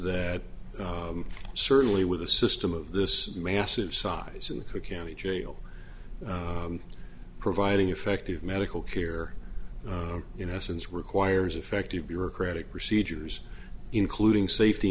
that certainly with the system of this massive size of the cook county jail providing effective medical care you know since requires effective bureaucratic procedures including safety